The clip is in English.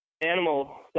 animal